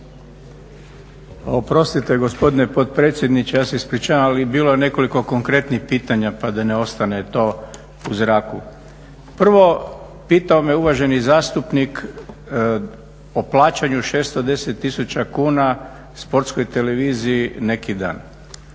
Oprostite gospodine potpredsjedniče, ja se ispričavam ali bilo je nekoliko konkretnih pitanja pa da ne ostane to u zraku. Prvo pitao me uvaženi zastupnik o plaćanju 610 tisuća kuna Sportskoj televiziji neki dan.